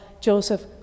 Joseph